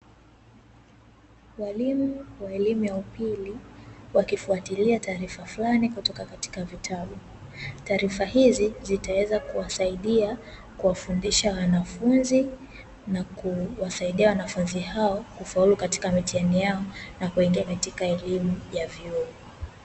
Walimu wa elimu ya upili wakifuatilia taarifa fulani kutoka katika vitabu. Taarifa hizi zitaweza kuwasaidia kuwafundisha wanafunzi na kuwasaidia wanafunzi hao kufaulu katika mitihani yao na kuingia katika elimu ya vyuo.